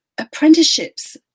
Apprenticeships